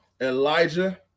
Elijah